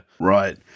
Right